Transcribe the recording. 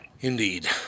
Indeed